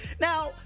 Now